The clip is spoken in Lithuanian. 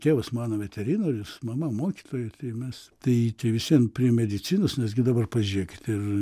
tėvas mano veterinorius mama mokytoja tai mes tai tai visvien prie medicinos nes gi dabar pažiūrėkit ir